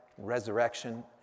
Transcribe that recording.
resurrection